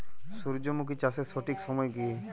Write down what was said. সূর্যমুখী চাষের সঠিক সময় কি?